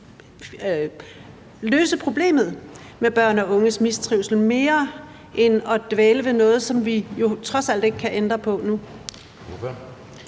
løse problemet med børn og unges mistrivsel i stedet for at dvæle ved noget, som vi jo trods alt ikke kan ændre på nu?